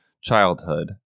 childhood